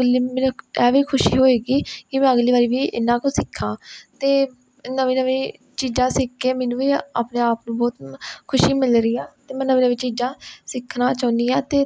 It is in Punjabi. ਇਹ ਵੀ ਖੁਸ਼ੀ ਹੋਏਗੀ ਕਿ ਮੈਂ ਅਗਲੀ ਵਾਰ ਵੀ ਇਹਨਾਂ ਕੋਲੋਂ ਸਿੱਖਾਂ ਅਤੇ ਨਵੇਂ ਨਵੇਂ ਚੀਜ਼ਾਂ ਸਿੱਖ ਕੇ ਮੈਨੂੰ ਵੀ ਆਪਣੇ ਆਪ ਨੂੰ ਬਹੁਤ ਖੁਸ਼ੀ ਮਿਲ ਰਹੀ ਆ ਅਤੇ ਮੈਂ ਨਵੀਂ ਨਵੀਂ ਚੀਜ਼ਾਂ ਸਿੱਖਣਾ ਚਾਹੁੰਦੀ ਹਾਂ ਅਤੇ